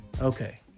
okay